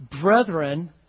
brethren